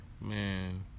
Man